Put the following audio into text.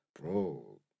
Bro